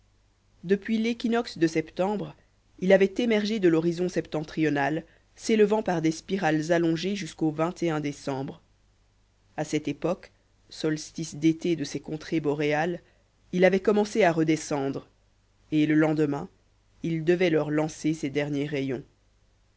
depuis l'équinoxe de septembre il avait émergé de l'horizon septentrional s'élevant par des spirales allongées jusqu'au décembre a cette époque solstice d'été de ces contrées boréales il avait commencé à redescendre et le lendemain il devait leur lancer ses derniers rayons